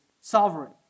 sovereign